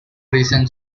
recent